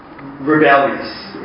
rebellious